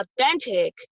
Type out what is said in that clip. authentic